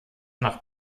nach